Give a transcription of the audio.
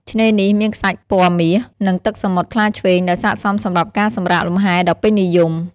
ឆ្នេរនេះមានខ្សាច់ពណ៌មាស និងទឹកសមុទ្រថ្លាឆ្វេង ដែលស័ក្តិសមសម្រាប់ការសម្រាកលំហែដ៏ពេញនិយម។